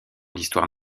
d’histoire